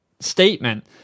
statement